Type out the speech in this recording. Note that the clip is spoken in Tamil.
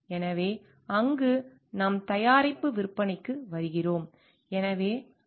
எனவே அங்கு நாம் தயாரிப்பு விற்பனைக்கு வருகிறோம்